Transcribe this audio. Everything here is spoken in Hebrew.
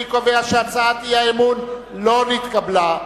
3. אני קובע שהצעת האי-אמון לא נתקבלה.